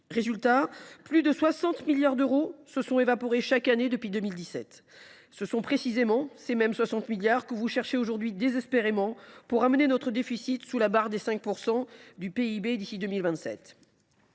plus de 60 milliards d’euros se sont évaporés chaque année depuis 2017. Ce sont précisément ces mêmes 60 milliards d’euros que vous cherchez aujourd’hui désespérément afin de ramener notre déficit sous la barre des 5 % du PIB d’ici à 2027.